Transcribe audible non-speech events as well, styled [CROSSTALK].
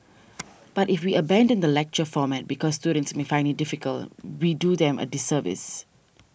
[NOISE] but if we abandon the lecture format because students may find it difficult we do them a disservice